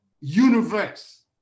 universe